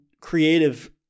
creative